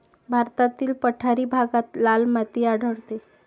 भारतातील पठारी भागात लाल माती आढळते